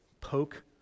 poke